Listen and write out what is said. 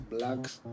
Blacks